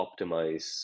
optimize